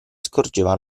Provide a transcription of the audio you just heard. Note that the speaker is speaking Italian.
scorgeva